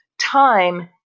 time